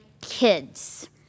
kids